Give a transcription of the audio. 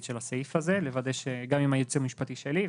של הסעיף הזה עם הייעוץ המשפטי שלי,